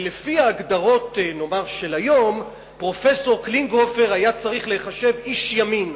לפי ההגדרות של היום פרופסור קלינגהופר היה צריך להיחשב איש ימין.